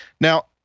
now